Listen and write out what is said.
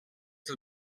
del